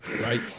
right